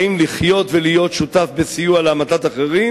האם לחיות ולהיות שותף בסיוע להמתת אחרים,